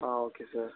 ah okay sir